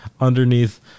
underneath